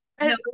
no